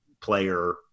player